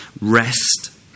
rest